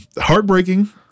Heartbreaking